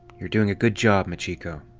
you're doing a good job, machiko.